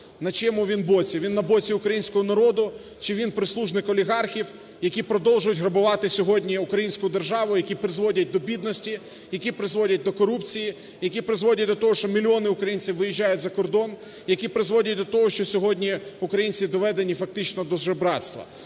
на чиєму він боці, він на боці українського народу чи він прислужник олігархів, які продовжують грабувати сьогодні українську державну, які призводять до бідності, які призводять до корупції, які призводять до того, що мільйони українців виїжджають за кордон, які призводять до того, що сьогодні українці доведені фактично до жебрацтва.